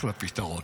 אחלה פתרון.